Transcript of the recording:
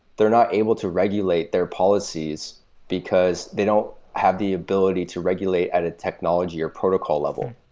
they're not able to regulate their policies because they don't have the ability to regulate at a technology or protocol level.